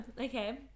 Okay